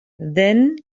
then